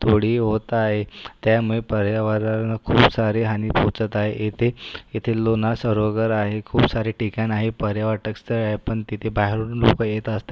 थोडी होत आहे त्यामुळे पर्यावरणाला खूप सारी हानी पोहचत आहे येथे येथे लोणार सरोगर आहे खूप सारे ठिकाण आहे पर्यावाटक स्थळ आहे पण तिथे बाहेरून लोक येत असतात